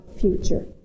future